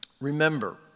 remember